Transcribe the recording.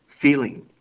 feeling